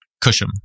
Cusham